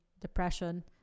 depression